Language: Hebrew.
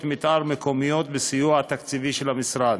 מתאר מקומיות בסיוע תקציבי של המשרד.